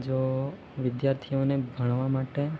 જો વિદ્યાર્થીઓને ભણવા માટે